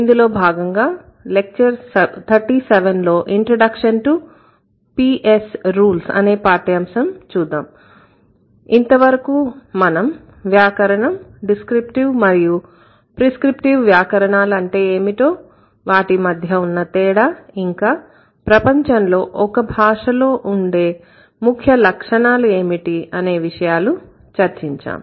ఇంతవరకు మనం వ్యాకరణం డిస్క్రిప్టివ్ మరియు ప్రిస్క్రిప్టివ్ వ్యాకరణాలు అంటే ఏమిటో వాటి మధ్య ఉన్న తేడా ఇంకా ప్రపంచంలో ఒక భాషలో ఉండే ముఖ్య లక్షణాలు ఏమిటి అనే విషయాలు చర్చించాం